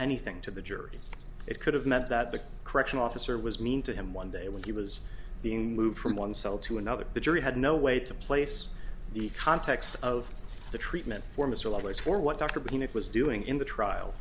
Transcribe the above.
anything to the jury it could have meant that the correctional officer was mean to him one day when he was being moved from one cell to another the jury had no way to place the context of the treatment for mr edwards for what dr penis was doing in the trial